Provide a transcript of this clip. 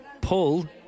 Pull